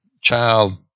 child